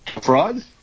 Fraud